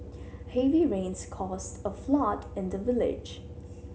heavy rains caused a flood in the village